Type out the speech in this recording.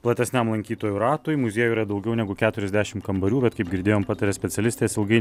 platesniam lankytojų ratui muziejuj yra daugiau negu keturiasdešim kambarių bet kaip girdėjom pataria specialistės ilgai